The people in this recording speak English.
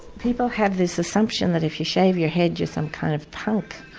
people have this assumption that if you shave your head you're some kind of punk.